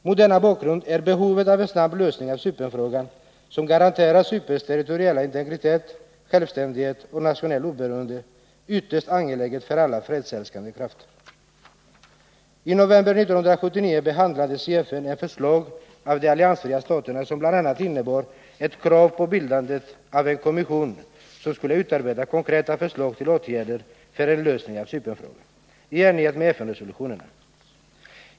Mot denna bakgrund är en snabb lösning av Cypernfrågan som garanterar Cyperns territoriella integritet, självständighet och nationella oberoende ytterst angelägen för alla fredsälskande krafter. Inovember 1979 behandlades i FN ett förslag av de alliansfria staterna som bl.a. innebar ett krav på bildandet av en kommission som skulle utarbeta konkreta förslag till åtgärder för en lösning av Cypernfrågan i enlighet med FN-resolutionerna.